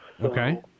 Okay